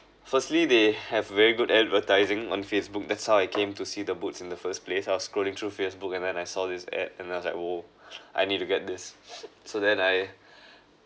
firstly they have very good advertising on Facebook that's how I came to see the boots in the first place I was scrolling through Facebook and then I saw this ad and I was like !whoa! I need to get this so then I